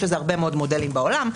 יש לזה הרבה מאוד מודלים בעולם.